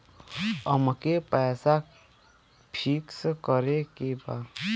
अमके पैसा फिक्स करे के बा?